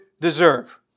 deserve